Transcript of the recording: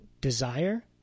desire